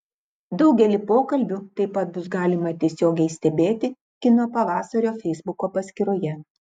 daugelį pokalbių taip pat bus galima tiesiogiai stebėti kino pavasario feisbuko paskyroje